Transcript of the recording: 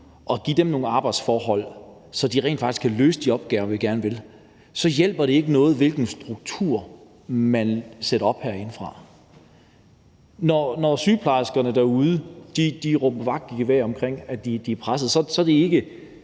at give dem nogle arbejdsforhold, så de rent faktisk kan løse de opgaver, vi gerne vil have de løser, så hjælper det ikke noget, og det er, lige meget hvilken struktur man sætter op herindefra. Når sygeplejerskerne derude råber vagt i gevær om, at de er pressede, så er det måske